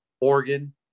Oregon